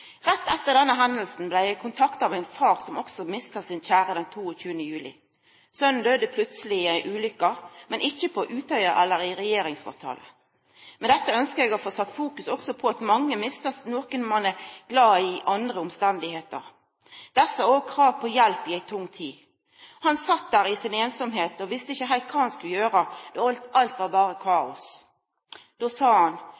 Rett etter denne hendinga blei eg kontakta av ein far som mista sin kjære den 22. juli. Sonen døde plutseleg i ei ulykke, men ikkje på Utøya eller i regjeringskvartalet. Med dette ønskjer eg å setja fokus på at mange mister nokon ein er glad i under andre omstende. Desse har òg krav på hjelp i ei tung tid. Han sat der i einsemd og visste ikkje heilt kva han skulle gjera – alt var berre kaos. Då sa han: